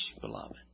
beloved